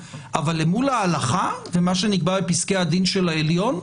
אבל אל מול ההלכה ומה שנקבע ב פסקי הדין של העליון,